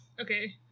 Okay